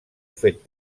fet